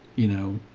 you know,